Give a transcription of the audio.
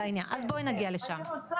אני רוצה